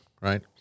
right